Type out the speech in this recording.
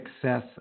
Success